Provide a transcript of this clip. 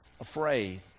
afraid